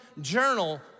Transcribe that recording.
journal